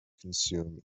consume